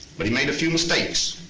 but he made a few mistakes.